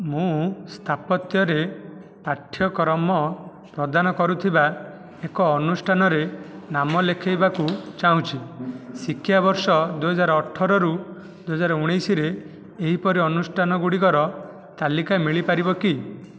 ମୁଁ ସ୍ଥାପତ୍ୟରେ ପାଠ୍ୟକ୍ରମ ପ୍ରଦାନ କରୁଥିବା ଏକ ଅନୁଷ୍ଠାନରେ ନାମ ଲେଖାଇବାକୁ ଚାହୁଁଛି ଶିକ୍ଷାବର୍ଷ ଦୁଇହଜାର ଅଠରରୁ ଦୁଇହଜାର ଉଣେଇଶରେ ଏହିପରି ଅନୁଷ୍ଠାନ ଗୁଡ଼ିକର ତାଲିକା ମିଳିପାରିବ କି